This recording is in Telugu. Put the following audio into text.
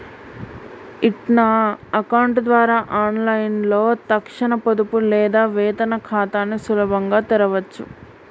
ఇన్స్టా అకౌంట్ ద్వారా ఆన్లైన్లో తక్షణ పొదుపు లేదా వేతన ఖాతాని సులభంగా తెరవచ్చు